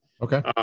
Okay